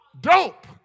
Dope